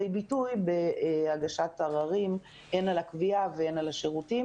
ביטוי בהגשת ערערים הן על הקביעה והן על השירותים?